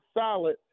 solid